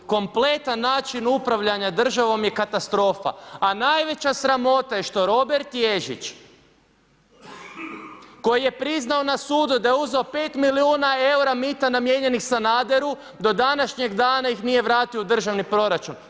Kompletan način upravljanja državom je katastrofa, a najveća sramota je što Robert Ježić, koji je priznao na sudu da je uzeo 5 milijuna eura mita namijenjenih Sanaderu, do današnjeg dana ih nije vratio u državni proračun.